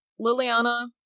Liliana